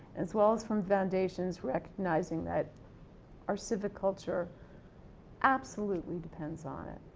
as well as from foundations recognizing that our civic culture absolutely depends on it.